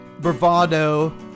bravado